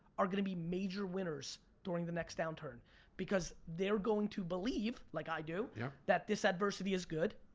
are gonna be major winners during the next downturn because they're going to believe, like i do, yeah that this adversity is good,